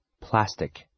plastic